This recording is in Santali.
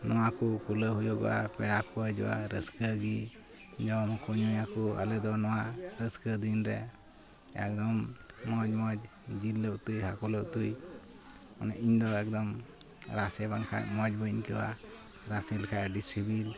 ᱱᱚᱣᱟᱠᱚ ᱠᱩᱞᱟᱹᱣ ᱦᱩᱭᱩᱜᱼᱟ ᱯᱮᱲᱟᱠᱚ ᱦᱤᱡᱩᱜᱼᱟ ᱨᱟᱹᱥᱠᱟᱹᱜᱮ ᱡᱚᱢᱟᱠᱚ ᱧᱩᱭᱟᱠᱚ ᱟᱞᱮᱫᱚ ᱱᱚᱣᱟ ᱨᱟᱹᱥᱠᱟᱹᱫᱤᱱᱨᱮ ᱮᱢᱫᱚᱢ ᱢᱚᱡᱽ ᱢᱚᱡᱽ ᱡᱤᱞ ᱞᱮ ᱩᱛᱩᱭᱟ ᱦᱟᱠᱩᱞᱮ ᱩᱛᱩᱭᱟ ᱢᱟᱱᱮ ᱤᱧᱫᱚ ᱮᱠᱫᱚᱢ ᱨᱟᱥᱮ ᱵᱟᱝᱠᱷᱟᱡ ᱢᱚᱡᱽ ᱵᱟᱹᱧ ᱟᱹᱭᱠᱟᱹᱣᱟ ᱨᱟᱥᱮ ᱞᱮᱠᱷᱟᱡ ᱟᱹᱰᱤ ᱥᱤᱵᱤᱞ